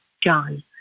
John